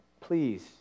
please